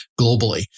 globally